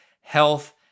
health